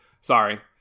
Sorry